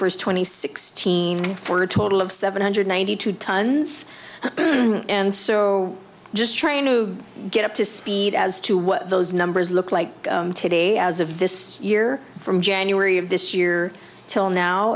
first twenty sixteen for a total of seven hundred ninety two tonnes and so just trying to get up to speed as to what those numbers look like today as a vis year from january of this year till now